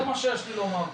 זה מה שיש לי לומר.